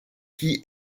qui